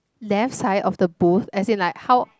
left side of the booth as in like how